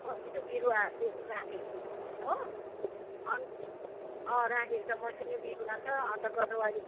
मसिनो बिरुवाको राख्ने हो अनि राखेको छ मसिनो बिरुवा छ अन्त गोदावरी